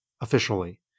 Officially